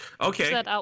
okay